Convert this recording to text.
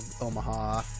Omaha